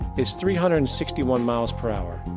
is three hundred and sixty one miles per hour.